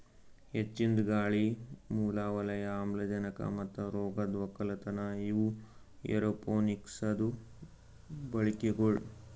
ಹೆಚ್ಚಿಂದ್ ಗಾಳಿ, ಮೂಲ ವಲಯದ ಆಮ್ಲಜನಕ ಮತ್ತ ರೋಗದ್ ಒಕ್ಕಲತನ ಇವು ಏರೋಪೋನಿಕ್ಸದು ಬಳಿಕೆಗೊಳ್